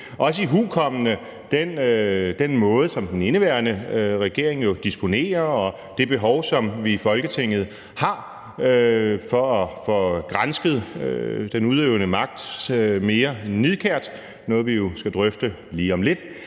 Også ihukommende den måde, som den nuværende regering jo disponerer, og det behov, som vi i Folketinget har for at få gransket den udøvende magt mere nidkært – noget, vi jo skal drøfte lige om lidt